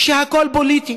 שהכול פוליטי.